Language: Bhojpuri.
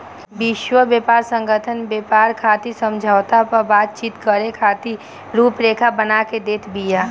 विश्व व्यापार संगठन व्यापार खातिर समझौता पअ बातचीत करे खातिर रुपरेखा बना के देत बिया